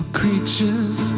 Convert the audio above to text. creatures